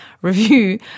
review